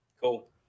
Cool